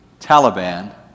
Taliban